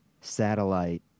satellite